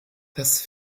das